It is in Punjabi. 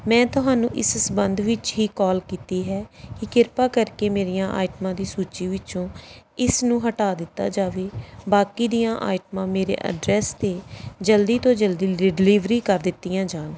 ਮੈਂ ਤੁਹਾਨੂੰ ਇਸ ਸੰਬੰਧ ਵਿੱਚ ਹੀ ਕਾਲ ਕੀਤੀ ਹੈ ਕਿ ਕਿਰਪਾ ਕਰਕੇ ਮੇਰੀਆਂ ਆਈਟਮਾਂ ਦੀ ਸੂਚੀ ਵਿੱਚੋਂ ਇਸ ਨੂੰ ਹਟਾ ਦਿੱਤਾ ਜਾਵੇ ਬਾਕੀ ਦੀਆਂ ਆਈਟਮਾਂ ਮੇਰੇ ਐਡਰੈਸ 'ਤੇ ਜਲਦੀ ਤੋਂ ਜਲਦੀ ਡਿਲਿਵਰੀ ਕਰ ਦਿੱਤੀਆਂ ਜਾਣ